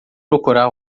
procurar